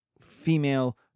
female